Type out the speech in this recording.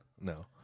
No